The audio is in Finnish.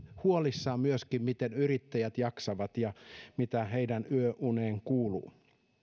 huolissaan myöskin miten yrittäjät jaksavat ja mitä heidän yöuneen kuuluu